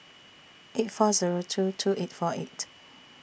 eight four Zero two two eight four eight